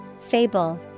Fable